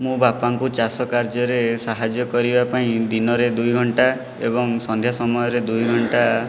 ମୁଁ ବାପାଙ୍କୁ ଚାଷ କାର୍ଯ୍ୟରେ ସାହାଯ୍ୟ କରିବା ପାଇଁ ଦିନରେ ଦୁଇଘଣ୍ଟା ଏବଂ ସନ୍ଧ୍ୟା ସମୟରେ ଦୁଇଘଣ୍ଟା